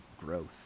growth